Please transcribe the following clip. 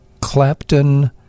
Clapton